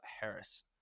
Harris